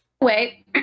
wait